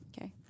okay